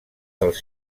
dels